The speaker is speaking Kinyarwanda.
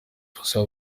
fuso